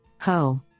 Ho